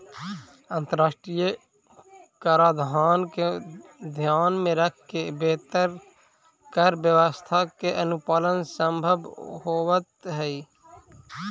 अंतरराष्ट्रीय कराधान के ध्यान में रखके बेहतर कर व्यवस्था के अनुपालन संभव होवऽ हई